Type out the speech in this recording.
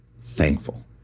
thankful